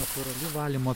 natūrali valymo